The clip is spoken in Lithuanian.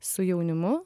su jaunimu